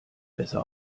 besser